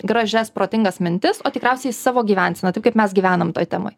gražias protingas mintis o tikriausiai savo gyvenseną taip kaip mes gyvenam toj temoj